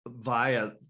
via